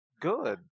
good